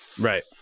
Right